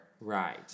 Right